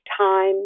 time